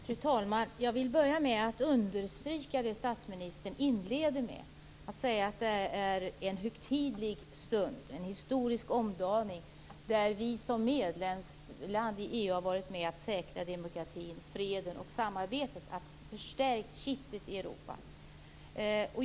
Fru talman! Jag vill börja med att understryka det statsministern inledde med, att det är en högtidlig stund, en historisk omdaning där vi som medlemsland i EU har varit med om att säkra demokratin, freden och samarbetet, förstärkt kittet i Europa.